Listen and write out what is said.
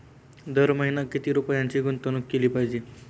दर महिना किती रुपयांची गुंतवणूक केली पाहिजे?